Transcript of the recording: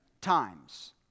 times